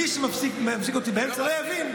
מי שמפסיק אותי באמצע לא יבין,